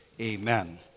Amen